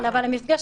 אבל המפגש,